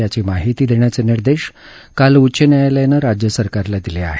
याची माहिती देण्याचे निर्देश काल उच्च न्यायालयानं राज्य सरकारला दिले आहेत